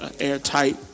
airtight